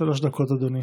שלוש דקות, אדוני.